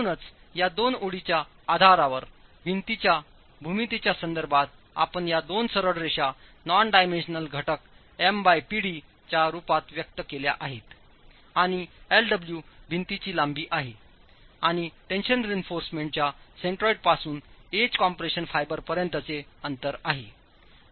म्हणूनच या दोन ओळींच्या आधारावर भिंतीच्या भूमितीच्या संदर्भात आपण या दोन सरळ रेषा नॉन डायमेन्शनल घटक MPd च्या रूपात व्यक्त केल्या आहेतआणि lw भिंतीची लांबीआहे आणि टेंशन रेइन्फॉर्समेंट च्या सेंट्रॉइडपासून एज कॉम्प्रेशन फायबरपर्यंतचे अंतर आहे